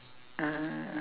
uh